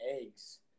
eggs